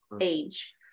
age